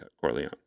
Corleone